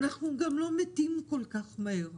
אנחנו גם לא מתים כל כך מהר,